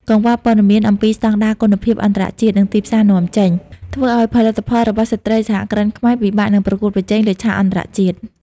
កង្វះព័ត៌មានអំពីស្តង់ដារគុណភាពអន្តរជាតិ និងទីផ្សារនាំចេញ ធ្វើឱ្យផលិតផលរបស់ស្ត្រីសហគ្រិនខ្មែរពិបាកនឹងប្រកួតប្រជែងលើឆាកអន្តរជាតិ។